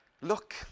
Look